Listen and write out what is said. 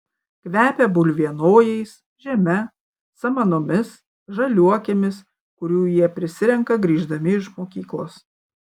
kvepia bulvienojais žeme samanomis žaliuokėmis kurių jie prisirenka grįždami iš mokyklos